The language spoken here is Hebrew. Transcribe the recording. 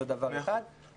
זה דבר אחד,